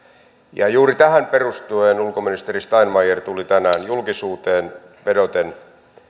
ukrainassa juuri tähän perustuen ulkoministeri steinmeier tuli tänään julkisuuteen vedoten